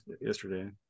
yesterday